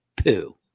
Poo